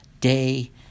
day